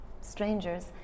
strangers